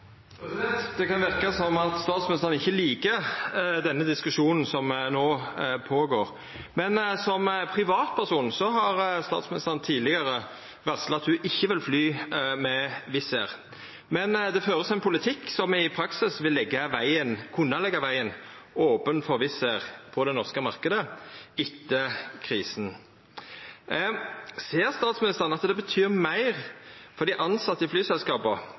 Det kan verka som om statsministeren ikkje liker denne diskusjonen som no pågår. Som privatperson har statsministeren tidlegare varsla at ho ikkje vil fly med Wizz Air, men det vert ført ein politikk som i praksis vil kunna leggja vegen open for Wizz Air på den norske marknaden etter krisa. Ser statsministeren at det betyr meir for dei tilsette i flyselskapa